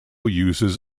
uses